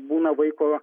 būna vaiko